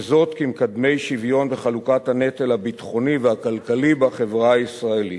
וזאת כמקדמי שוויון בחלוקת הנטל הביטחוני והכלכלי בחברה הישראלית.